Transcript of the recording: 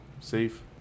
safe